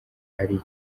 ari